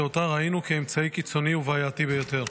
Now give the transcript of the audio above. שאותו ראינו כאמצעי קיצוני ובעייתי ביותר.